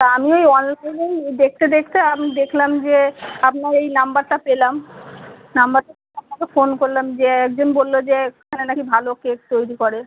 তা আমি ওই অনলাইনেই দেখতে দেখতে আমি দেখলাম যে আপনার এই নম্বরটা পেলাম নম্বরটা পেয়ে আপনাকে ফোন করলাম যে একজন বললো যে এখানে নাকি ভালো কেক তৈরি করে